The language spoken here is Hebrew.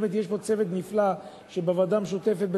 באמת יש פה צוות נפלא בוועדה המשותפת.